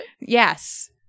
yes